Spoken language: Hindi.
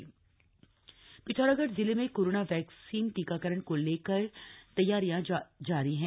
टीकाकरण पिथौरागढ पिथौरागढ़ जिले में कोरोना वैक्सीन टीकाकरण को लेकर तैयारियां जारी हैं